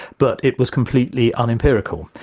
but it was completely unempirical,